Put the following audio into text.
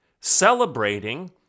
celebrating